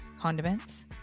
condiments